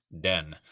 Den